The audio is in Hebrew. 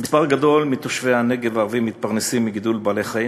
מספר גדול מתושבי הנגב הערבים מתפרנסים מגידול בעלי-חיים,